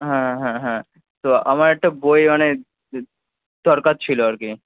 হ্যাঁ হ্যাঁ হ্যাঁ তো আমার একটা বই অনেক দরকার ছিলো আর কি